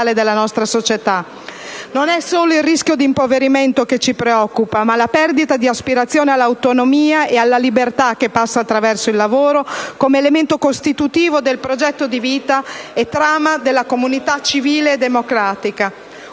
Non è solo il rischio di impoverimento che ci preoccupa, ma la perdita dell'aspirazione all'autonomia e alla libertà che passa attraverso il lavoro, come elemento costitutivo del progetto di vita e trama della comunità civile e democratica.